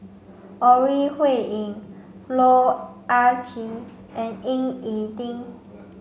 Ore Huiying Loh Ah Chee and Ying E Ding